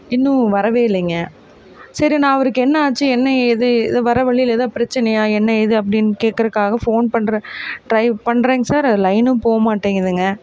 இன்னும் வரவே இல்லைங்க சரி நான் அவருக்கு என்ன ஆச்சு என்ன ஏது எதை வர வழியில் ஏதாவது பிரச்சனையாக என்ன ஏது அப்படினு கேட்குறக்காக ஃபோன் பண்றேன் டிரை பண்றேங்க சார் அது லைனும் போக மாட்டேங்குதுங்க